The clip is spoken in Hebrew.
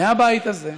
מהבית הזה,